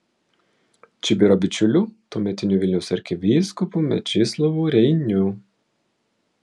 čibiro bičiuliu tuometiniu vilniaus arkivyskupu mečislovu reiniu